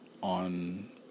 on